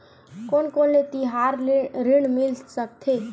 कोन कोन ले तिहार ऋण मिल सकथे?